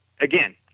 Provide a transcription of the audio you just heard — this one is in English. again